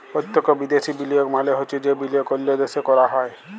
পত্যক্ষ বিদ্যাশি বিলিয়গ মালে হছে যে বিলিয়গ অল্য দ্যাশে ক্যরা হ্যয়